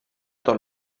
tot